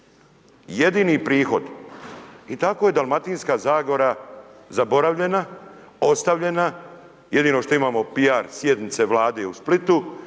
jedini prihod. I tako je Dalmatinska zagora zaboravljena, ostavljena, jedino što imamo PR sjednice Vlade u Splitu,